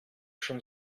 schon